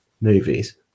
movies